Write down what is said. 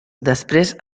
després